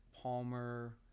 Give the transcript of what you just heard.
Palmer –